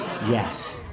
Yes